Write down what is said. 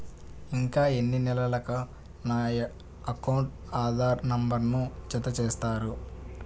ఇంకా ఎన్ని నెలలక నా అకౌంట్కు ఆధార్ నంబర్ను జత చేస్తారు?